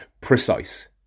precise